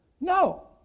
No